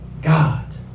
God